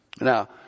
Now